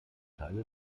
teile